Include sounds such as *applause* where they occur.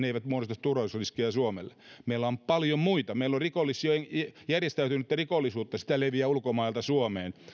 *unintelligible* eivät muodostaisi turvallisuusriskiä suomelle meillä on paljon muita meillä on järjestäytynyttä rikollisuutta sitä leviää ulkomailta suomeen